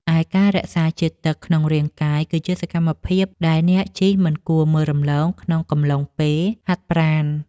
ឯការរក្សាជាតិទឹកក្នុងរាងកាយ គឺជាសកម្មភាពដែលអ្នកជិះមិនគួរមើលរំលងក្នុងកំឡុងពេលហាត់ប្រាណ។